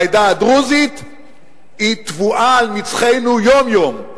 והעדה הדרוזית טבועה על מצחנו יום-יום.